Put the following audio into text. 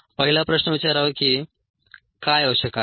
पहिला प्रश्न विचारावा की काय आवश्यक आहे